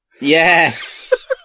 Yes